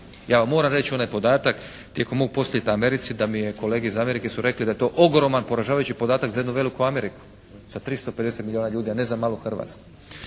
Ja vam moram reći onaj podatak tijekom mog posjeta Americi da mi je, kolege iz Amerike su rekli da je to ogroman poražavajući podatak za jednu veliku Ameriku. Sa 350 milijuna ljudi, a ne za malu Hrvatsku.